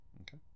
Okay